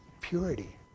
Purity